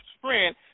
friend